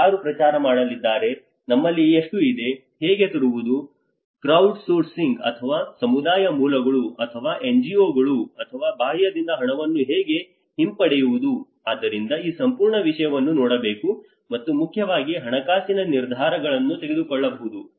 ಯಾರು ಪ್ರಚಾರ ಮಾಡಲಿದ್ದಾರೆ ನಮ್ಮಲ್ಲಿ ಎಷ್ಟು ಇದೆ ಹೇಗೆ ತರುವುದು ಕ್ರೌಡ್ಸೋರ್ಸಿಂಗ್ ಅಥವಾ ಸಮುದಾಯ ಮೂಲಗಳು ಅಥವಾ NGOಗಳು ಅಥವಾ ಬಾಹ್ಯದಿಂದ ಹಣವನ್ನು ಹೇಗೆ ಹಿಂಪಡೆಯುವುದು ಆದ್ದರಿಂದ ಈ ಸಂಪೂರ್ಣ ವಿಷಯವನ್ನು ನೋಡಬೇಕು ಮತ್ತು ಮುಖ್ಯವಾಗಿ ಹಣಕಾಸಿನ ನಿರ್ಧಾರಗಳನ್ನು ತೆಗೆದುಕೊಳ್ಳಬಹುದು